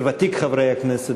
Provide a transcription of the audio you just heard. כוותיק חברי הכנסת,